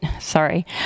sorry